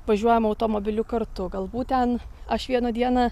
važiuojam automobiliu kartu galbūt ten aš vieną dieną